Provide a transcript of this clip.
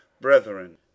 brethren